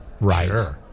Right